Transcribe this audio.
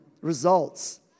results